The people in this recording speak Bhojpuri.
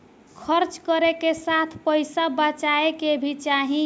खर्च करे के साथ पइसा बचाए के भी चाही